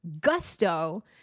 gusto